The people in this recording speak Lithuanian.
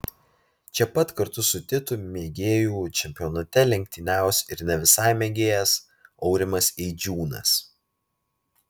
čia pat kartu su titu mėgėjų čempionate lenktyniaus ir ne visai mėgėjas aurimas eidžiūnas